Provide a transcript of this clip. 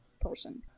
person